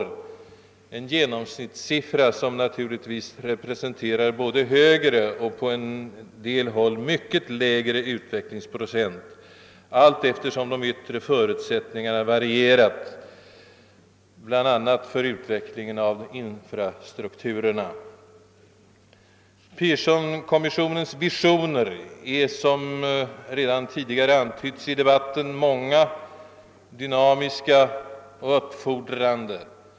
Detta är en genomsnittssiffra som naturligtvis representerar både högre och på en del håll mycket lägre utvecklingsprocent allteftersom de yttre förutsättningarna varierat, bl a. beträffande utvecklingen av infrastrukturerna. Pearsonkommissionens visioner är som redan tidigare i debatten antytts många, dynamiska och uppfordrande.